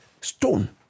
stone